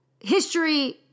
history